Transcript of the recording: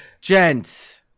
Gents